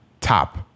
top